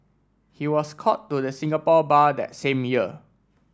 he was called to the Singapore Bar that same year